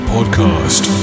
Podcast